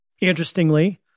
Interestingly